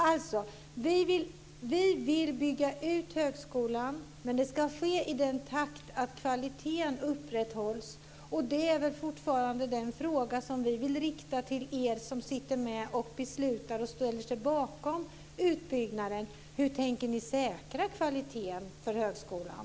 Alltså: Vi vill bygga ut högskolan, men det ska ske i en sådan takt att kvaliteten upprätthålls, och det är fortfarande den fråga som vi vill rikta till er som sitter med och beslutar och ställer er bakom utbyggnaden: Hur tänker ni säkra kvaliteten för högskolan?